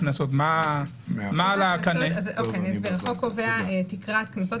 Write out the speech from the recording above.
החוק קובע תקרת קנסות,